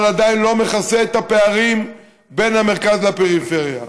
אבל עדיין לא מכסה את הפערים בין המרכז לפריפריה,